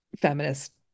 feminist